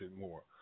more